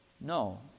No